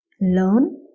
learn